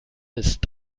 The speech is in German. ist